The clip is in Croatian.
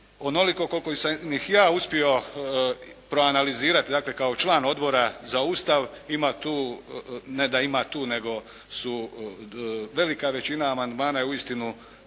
Onoliko koliko sam ih ja uspio proanalizirati dakle kao član Odbora za Ustav ima tu, ne da ima tu nego su velika većina amandmana je uistinu